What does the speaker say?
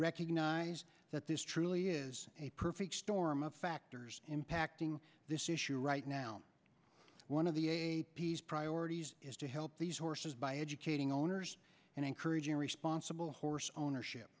recognize that this truly is a perfect storm of factors impacting this issue right now one of the a p s priorities is to help these horses by educating owners and encouraging sponsible horse ownership